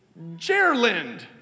Jerland